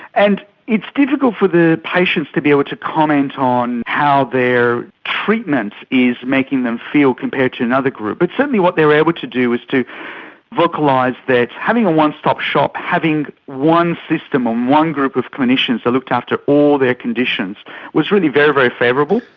and it's difficult for the patients to be able to comment on how their treatment is making them feel compared to another group, but certainly what they were able to do was to vocalise that having a one-stop-shop, having one system and ah one group of clinicians that looked after all their conditions was really very, very favourable.